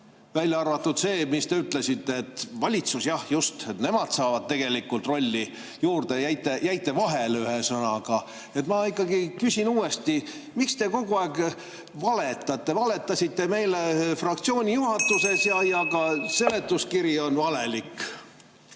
välja arvatud see, mis te ütlesite, et valitsus, jah, just, nemad saavad tegelikult rolli juurde. Jäite vahel, ühesõnaga. Ma ikkagi küsin uuesti: miks te kogu aeg valetate? Valetasite meile fraktsiooni juhatuses ja ka seletuskiri on valelik.